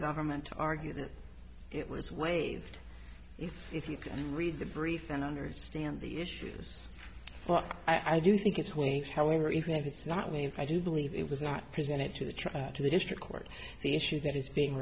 government to argue that it was waived if if you can read the brief and understand the issues but i do think it's wholly however even if it's not me i do believe it was not presented to the truth to the district court the issue that is being